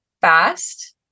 fast